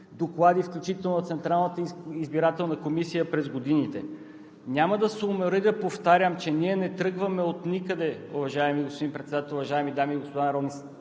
доклади, включително на Централната избирателна комисия, през годините. Няма да се уморя да повтарям, че ние не тръгваме отникъде, уважаеми господин Председател, уважаеми дами и господа народни